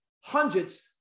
hundreds